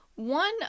One